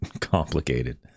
complicated